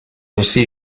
aussi